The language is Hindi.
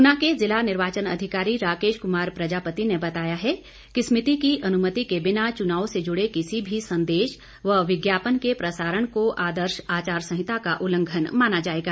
ऊना के जिला निर्वाचन अधिकारी राकेश कुमार प्रजापति ने बताया है कि समिति की अनुमति के बिना चुनाव से जुड़े किसी भी संदेश व विज्ञापन के प्रसारण को आदर्श आचार संहिता का उल्लंघन माना जाएगा